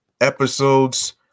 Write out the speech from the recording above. episodes